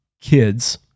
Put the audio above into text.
kids